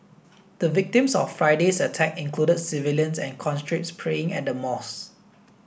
the victims of Friday's attack included civilians and conscripts praying at the mosque